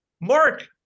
Mark